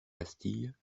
bastille